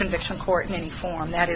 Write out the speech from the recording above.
convictions court in any form that